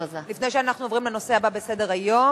לפני שאנחנו עוברים לנושא הבא בסדר-היום,